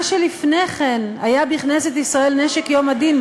מה שלפני כן היה בכנסת ישראל נשק יום הדין,